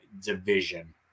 division